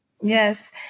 yes